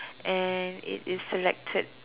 and it is selected